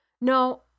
No